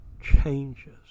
changes